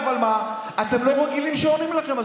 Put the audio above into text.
אני לא מדבר עליכם,